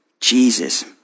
Jesus